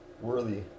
worthy